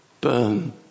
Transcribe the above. burn